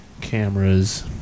cameras